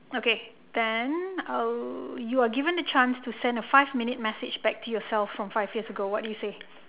okay then uh you are given a chance to send a five minute message back to yourself from five years ago what do you say